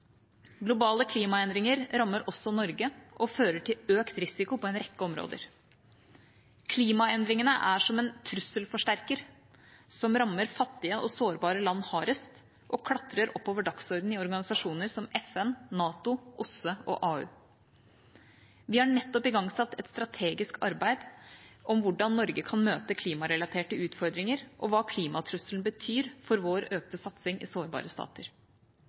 Globale klimaendringer rammer også Norge og fører til økt risiko på en rekke områder. Klimaendringene er som en «trusselforsterker» som rammer fattige og sårbare land hardest og klatrer oppover dagsordenen i organisasjoner som FN, NATO, OSSE og AU. Vi har nettopp igangsatt et strategisk arbeid om hvordan Norge kan møte klimarelaterte utfordringer, og hva klimatrusselen betyr for vår økte satsing i sårbare stater.